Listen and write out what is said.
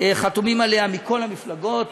חתומים עליה מכל המפלגות,